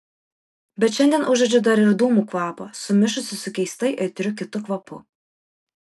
bet šiandien užuodžiu dar ir dūmų kvapą sumišusį su keistai aitriu kitu kvapu